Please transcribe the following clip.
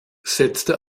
setzte